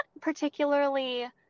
particularly